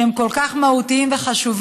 שהם כל כך מהותיים וחשובים,